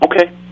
Okay